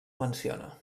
menciona